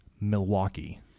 Milwaukee